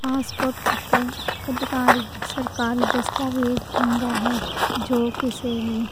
پاسپورٹ اک ادھکارک سرکاری دستاویز ہوندا ہے۔ جو کسی وی